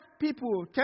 people